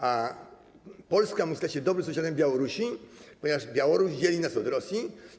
A Polska musi stać się dobrym sąsiadem Białorusi, ponieważ Białoruś dzieli nas od Rosji.